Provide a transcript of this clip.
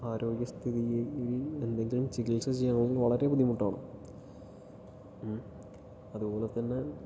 ആരോഗ്യസ്ഥിതിയിൽ എന്തെങ്കിലും ചികിത്സ ചെയ്യണമെങ്കിൽ വളരെ ബുദ്ധിമുട്ടാണ് അതുപോലെ തന്നെ